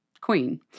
queen